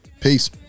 Peace